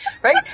Right